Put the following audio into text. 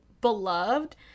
beloved